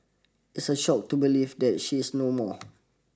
it's a shock to believe that she is no more